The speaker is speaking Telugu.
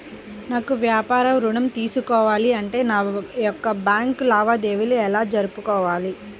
నాకు వ్యాపారం ఋణం తీసుకోవాలి అంటే నా యొక్క బ్యాంకు లావాదేవీలు ఎలా జరుపుకోవాలి?